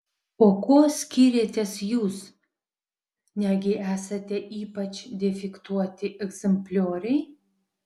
o kuo skiriatės jūs negi esate ypač defektuoti egzemplioriai